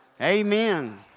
Amen